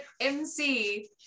MC